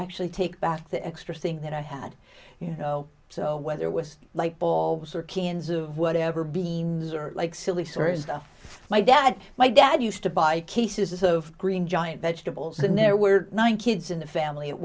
actually take back the extras thing that i had you know so whether it was like ball sorkin's of whatever beams or like silly sores that my dad my dad used to buy cases of green giant vegetables and there were nine kids in the family at